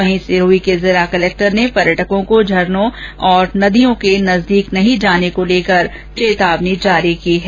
वहीं जिला कलेक्टर पर्यटको के झरनो और नदियों के नजदीक नहीं जाने को लेकर चेतावनी जारी की है